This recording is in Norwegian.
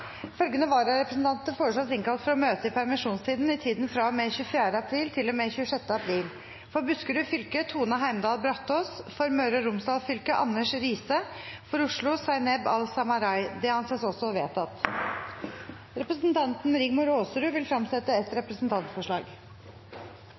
Følgende vararepresentanter innkalles for å møte i permisjonstiden i tiden fra og med 24. april til og med 26. april: For Buskerud fylke: Tone Heimdal Brataas For Møre og Romsdal fylke: Anders Riise For Oslo: Zaineb Al-Samarai Representanten Rigmor Aasrud vil fremsette et